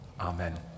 amen